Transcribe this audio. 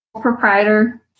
proprietor